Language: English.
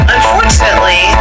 Unfortunately